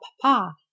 papa